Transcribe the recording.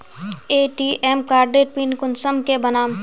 ATM कार्डेर PIN कुंसम के बनाम?